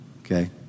Okay